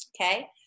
Okay